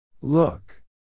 Look